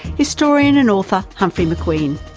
historian and author, humphrey mcqueen.